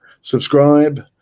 subscribe